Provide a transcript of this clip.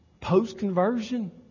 post-conversion